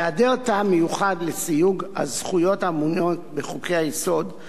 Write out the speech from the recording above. בהיעדר טעם מיוחד לסיוג הזכויות המנויות בחוקי-היסוד,